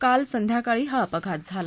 काल संध्याकाळी हा अपघात झाला